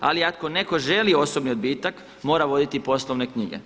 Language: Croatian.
Ali ako netko želi osobni odbitak mora voditi poslovne knjige.